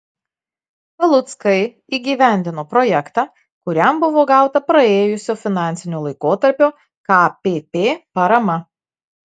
valuckai įgyvendino projektą kuriam buvo gauta praėjusio finansinio laikotarpio kpp parama